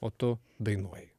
o tu dainuoji